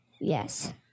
Yes